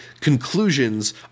conclusions